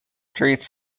streets